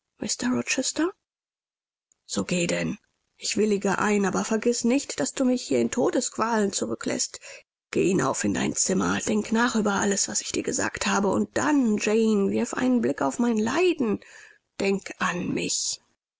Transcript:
so geh denn ich willige ein aber vergiß nicht daß du mich hier in todesqualen zurückläßt geh hinauf in dein zimmer denk nach über alles was ich dir gesagt habe und dann jane wirf einen blick auf mein leiden denk an mich